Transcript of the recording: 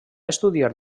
estudiar